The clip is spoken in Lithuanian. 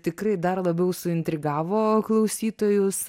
tikrai dar labiau suintrigavo klausytojus